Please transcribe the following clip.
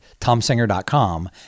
TomSinger.com